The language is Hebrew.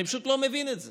אני פשוט לא מבין את זה.